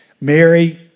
Mary